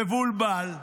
מבולבל,